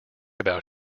about